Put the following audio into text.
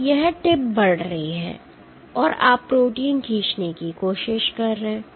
तो यह टिप बढ़ रही है और आप प्रोटीन खींचने की कोशिश कर रहे हैं